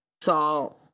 salt